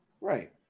Right